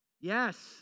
Yes